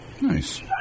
Nice